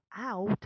out